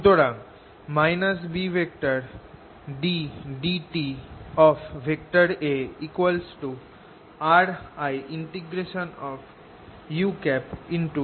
সুতরাং BddtA RIudlL